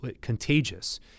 contagious